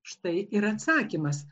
štai ir atsakymas